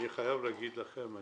אני חייב להגיד לכם,